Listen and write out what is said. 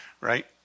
right